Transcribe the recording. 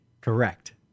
correct